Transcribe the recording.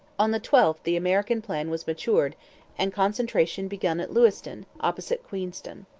on the twelfth the american plan was matured and concentration begun at lewiston, opposite queenston.